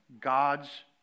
God's